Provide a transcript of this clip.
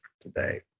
today